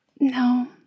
No